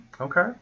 Okay